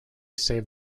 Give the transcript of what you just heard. saved